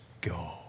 go